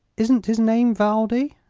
isn't his name valdi?